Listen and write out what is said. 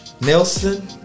Nelson